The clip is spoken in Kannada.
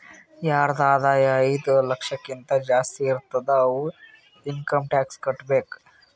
ಯಾರದ್ ಆದಾಯ ಐಯ್ದ ಲಕ್ಷಕಿಂತಾ ಜಾಸ್ತಿ ಇರ್ತುದ್ ಅವ್ರು ಇನ್ಕಮ್ ಟ್ಯಾಕ್ಸ್ ಕಟ್ಟಬೇಕ್